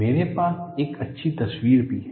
मेरे पास एक अच्छी तस्वीर भी है